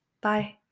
bye